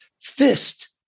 fist